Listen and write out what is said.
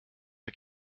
der